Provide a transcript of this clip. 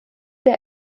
der